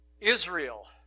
Israel